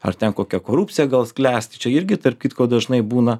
ar ten kokia korupcija gal sklęsti čia irgi tarp kitko dažnai būna